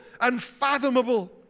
unfathomable